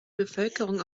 bevölkerung